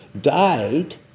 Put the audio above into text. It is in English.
died